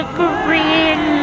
green